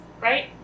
right